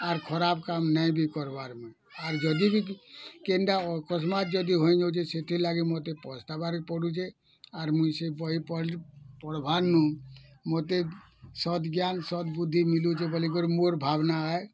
ଆର୍ ଖରାପ୍ କାମ୍ ନାଇଁ ଭି କର୍ବାର୍ ମୁଇଁ ଆର୍ ଯଦି ବି କେନ୍ଟା ଅକସ୍ମାତ୍ ଯଦି ହଇ ଯାଉଛେଁ ସେଥିର୍ଲାଗି ମୋତେ ପସ୍ତାବାର୍ ଲାଗି ଭି ପଡ଼ୁଛେ ଆର୍ ମୁଇଁ ସେ ବହି ପଢ଼୍ ପଢ଼୍ବାର୍ନୁ ମୋତେ ସଦ୍ଜ୍ଞାନ ସଦ୍ବୁଦ୍ଧି ମିଲୁଛେ ବୋଲିକରି ମୋର ଭାବ୍ନା ଏ